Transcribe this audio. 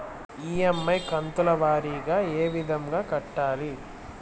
EMI కంతుల వారీగా ఏ విధంగా కట్టాలి